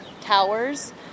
towers